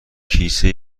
کیسه